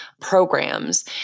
programs